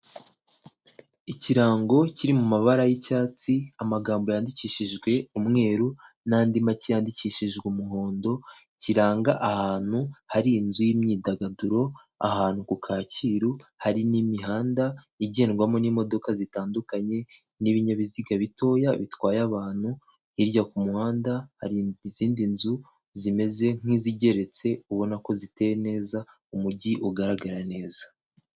Ikirango kiri mu mabara y'icyatsi, amagambo yandikishijwe umweru n'andi macye yandikishijwe umuhondo, kiranga ahantu hari inzu y'imyidagaduro ahantu ku Kacyiru, hari n'imihanda igendwamo n'imodoka zitandukanye n'ibinyabiziga bitoya bitwaye abantu, hirya ku muhanda hari izindi nzu zimeze nk'izigeretse ubona ko ziteye neza, Umujyi ugaragara neza.